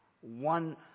one